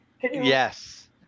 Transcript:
yes